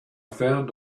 found